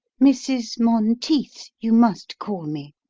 mrs. monteith, you must call me.